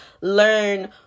learn